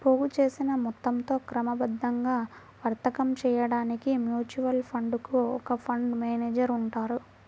పోగుచేసిన మొత్తంతో క్రమబద్ధంగా వర్తకం చేయడానికి మ్యూచువల్ ఫండ్ కు ఒక ఫండ్ మేనేజర్ ఉంటారు